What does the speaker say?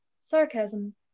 Sarcasm